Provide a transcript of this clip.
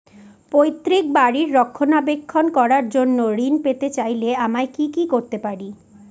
পৈত্রিক বাড়ির রক্ষণাবেক্ষণ করার জন্য ঋণ পেতে চাইলে আমায় কি কী করতে পারি?